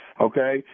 Okay